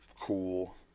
Cool